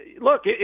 Look